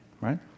right